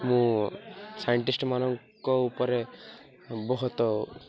ମୁଁ ସାଇଣ୍ଟିଷ୍ଟମାନଙ୍କ ଉପରେ ବହୁତ